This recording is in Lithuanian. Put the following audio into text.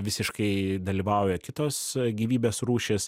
visiškai dalyvauja kitos gyvybės rūšys